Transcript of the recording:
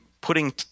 putting